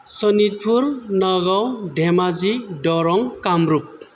Sonitpur Nagaon Dhemaji Darrang Kamrup